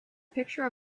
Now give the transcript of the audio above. picture